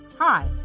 Hi